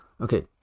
Okay